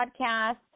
podcast